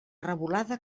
revolada